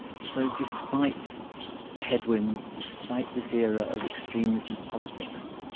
so, despite the headwinds, despite this era of extremism politics,